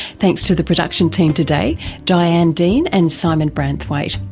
thanks to the production team today diane dean and simon branthwaite.